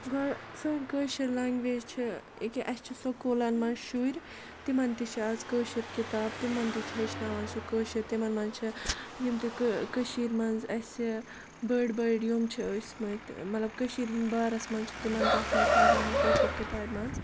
گۄڈٕ سٲنۍ کٲشِر لنٛگویج چھِ أکیٛاہ اَسہِ چھِ سکوٗلَن منٛز شُرۍ تِمَن تہِ چھِ اَز کٲشِر کِتاب تِمَن تہِ چھِ ہیٚچھناوان سُہ کٲشِر تِمَن منٛز چھِ یِم تہِ کٔشیٖرِ منٛز اَسہِ بٔڑۍ بٔڑۍ یِم چھِ ٲسۍ مٕتۍ مطلب کٔشیٖرِ ہِنٛدۍ بارَس منٛز چھِ تِمَن تَتھ منٛز پَرناوان کٲشِر کِتابہِ منٛز